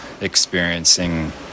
experiencing